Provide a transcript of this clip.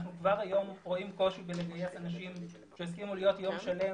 כבר היום אנחנו רואים קושי בלגייס אנשים שיסכימו להיות יום שלם